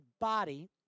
body